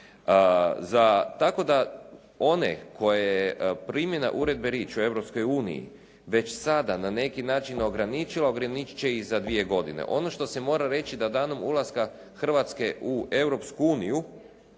Tako da one koje primjena Uredbe Rich u Europskoj uniji već sada na neki način ograničava, ograničit će i za dvije godine. Ono što se mora reći, da danom ulaska Hrvatske u